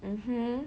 hmm